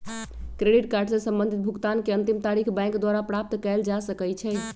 credit card से संबंधित भुगतान के अंतिम तारिख बैंक द्वारा प्राप्त कयल जा सकइ छइ